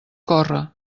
córrer